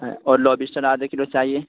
اور لوبسٹر آدھا کلو چاہیے